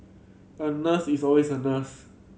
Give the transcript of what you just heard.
a nurse is always a nurse